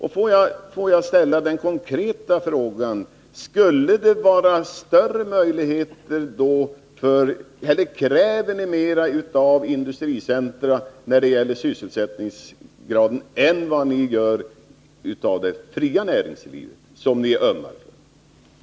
Låt mig ställa den konkreta frågan: Kräver ni mera av industricentra när det gäller sysselsättningsgraden än vad ni gör av det fria näringslivet, som ni ömmar för?